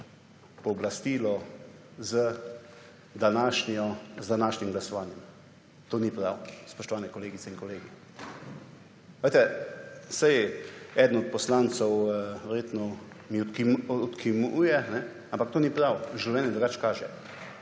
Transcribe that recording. pooblastilo z današnji glasovanjem. To ni prav, spoštovane kolegice in kolegi. Eden od poslancev verjetno mi odkimuje, ampak to ni prav življenje drugače kaže.